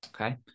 Okay